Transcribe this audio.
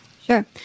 Sure